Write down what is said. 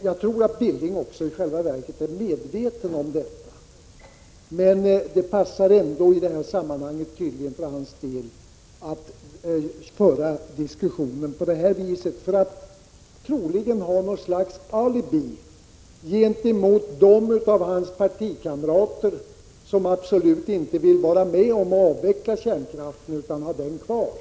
Jag tror att Knut Billing i själva verket är medveten om detta, men det passar i sammanhanget för hans del att föra diskussionen på detta sätt — troligen för att han vill ha något slags alibi gentemot dem av hans partikamrater som absolut inte vill vara med om att avveckla kärnkraften utan vill ha den kvar.